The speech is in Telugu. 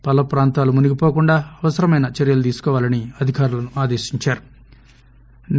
పల్లపుప్రాంతాలుమునిగిపోకుండాఅవసరమైనచర్యలుతీసుకోవాలనిఅధికారులనుఆదేశించా రు